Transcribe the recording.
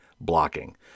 blocking